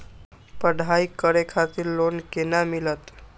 पढ़ाई करे खातिर लोन केना मिलत?